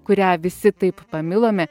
kurią visi taip pamilome